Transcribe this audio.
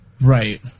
Right